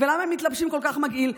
ולמה הם מתלבשים כל כך מגעיל?